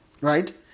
right